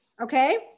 Okay